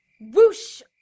Whoosh